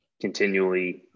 continually